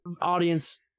Audience